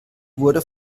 wurde